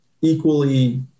equally